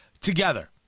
together